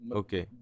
okay